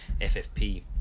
FFP